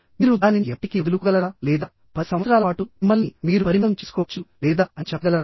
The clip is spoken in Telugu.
మీరు దానిని ఎప్పటికీ వదులుకోగలరా లేదా 10 సంవత్సరాల పాటు మిమ్మల్ని మీరు పరిమితం చేసుకోవచ్చు లేదా అని చెప్పగలరా